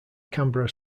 canberra